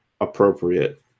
appropriate